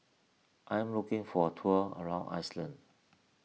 I am looking for a tour around Iceland